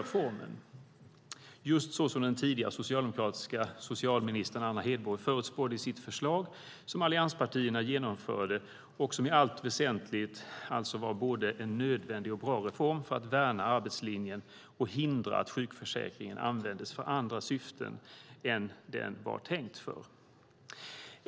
Det har alltså blivit just så som den tidigare socialdemokratiska socialministern Anna Hedborg förutspådde i sitt förslag, som allianspartierna genomförde. Detta var i allt väsentligt en både nödvändig och bra reform för att värna arbetslinjen och hindra att sjukförsäkringen användes för andra syften än det den var tänkt för.